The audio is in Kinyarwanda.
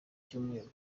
cyumweru